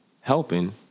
helping